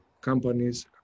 companies